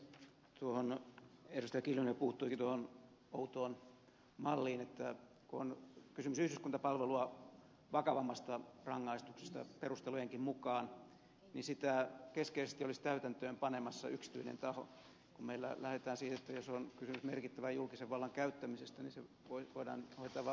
kimmo kiljunen puuttuikin tuohon outoon malliin että kun on kysymys yhdyskuntapalvelua vakavammasta rangaistuksesta perustelujenkin mukaan niin sitä keskeisesti olisi täytäntöönpanemassa yksityinen taho kun meillä lähdetään siitä että jos on kysymys merkittävän julkisen vallan käyttämisestä se voidaan hoitaa vain viranomaistehtävänä